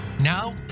Now